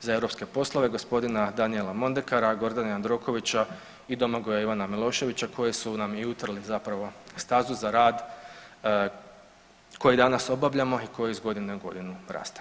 za europske poslove gospodina Danijela Mondekara, Gordana Jandrokovića i Domagoja Ivana Miloševića koji su nam i utrli zapravo stazu za rad koji danas obavljamo i koji iz godine u godinu raste.